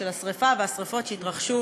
השרפות שהתרחשו